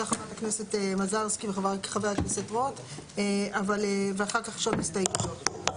חברת הכנסת מזרסקי וחבר הכנסת רוט ואחר כך יש עוד הסתייגויות.